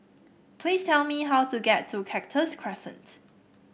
please tell me how to get to Cactus Crescent